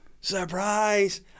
surprise